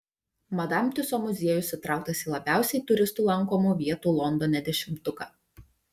madam tiuso muziejus įtrauktas į labiausiai turistų lankomų vietų londone dešimtuką